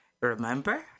Remember